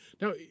Now